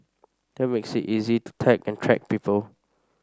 that makes it easy to tag and track people